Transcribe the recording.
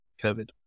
COVID